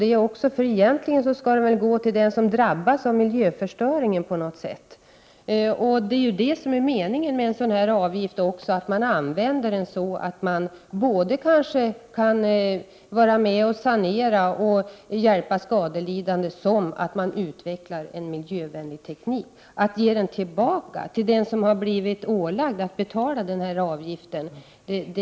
Egentligen borde väl avgiften på något sätt gå tillbaka till den som drabbas av miljöförstöringen. Meningen med en sådan här avgift bör väl vara att den både skall leda till sanering och hjälp till skadelidande och skall ge möjlighet till utveckling av miljövänlig teknik.